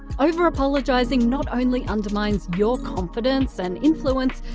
over apologising not only undermines your confidence and influence,